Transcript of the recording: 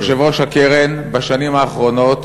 יושב-ראש הקרן בשנים האחרונות,